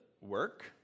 work